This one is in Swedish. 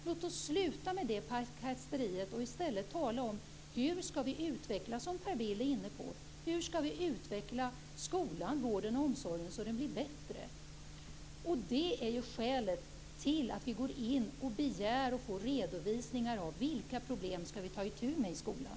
Låt oss sluta med den här pajkastningen och i stället tala om hur vi skall utveckla skolan, vården och omsorgen, så att den blir bättre, som Per Bill var inne på! Det är ju skälet till att vi begär att få redovisningar av vilka problem som vi skall ta itu med i skolan.